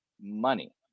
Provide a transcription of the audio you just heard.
money